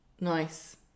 Nice